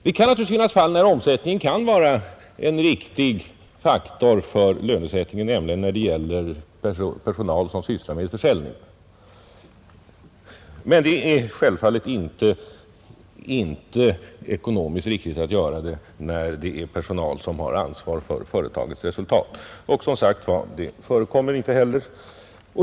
Det kan naturligtvis finnas fall där omsättningen kan vara en viktig faktor för lönesättningen, nämligen när det gäller personal som sysslar med försäljning, men metoden är självfallet inte ekonomiskt riktig i fråga om personal som har ansvar för företagets resultat. Som sagt förekommer det inte heller.